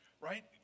right